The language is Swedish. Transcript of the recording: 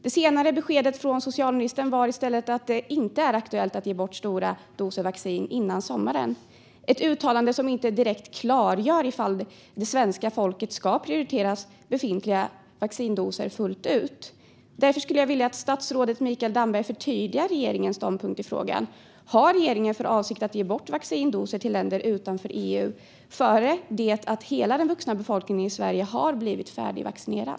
Det senare beskedet från socialministern var i stället att det inte är aktuellt att ge bort stora doser vaccin innan sommaren, ett uttalande som inte direkt klargör ifall det svenska folket ska prioriteras befintliga vaccindoser fullt ut. Därför skulle jag vilja att statsrådet Mikael Damberg förtydligar regeringens ståndpunkt i frågan. Har regeringen för avsikt att ge bort vaccindoser till länder utanför EU innan hela den vuxna befolkningen i Sverige har blivit färdigvaccinerad?